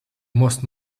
most